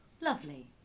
Lovely